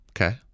Okay